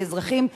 כאזרחים,